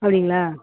அப்படிங்களா